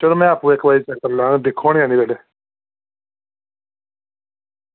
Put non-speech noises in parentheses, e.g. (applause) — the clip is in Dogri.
चलो में आपूं इक बारी चक्कर लाङ दिक्खी (unintelligible)